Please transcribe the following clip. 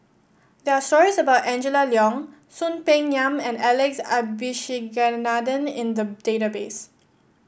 there are stories about Angela Liong Soon Peng Yam and Alex Abisheganaden in the database